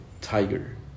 Tiger